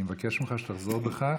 אני מבקש ממך שתחזור בך.